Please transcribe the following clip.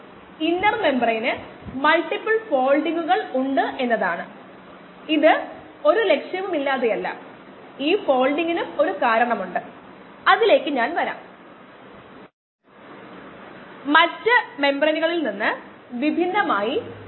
5 mu വരെ ലഭിക്കും mu സ്ഥിരമായി 0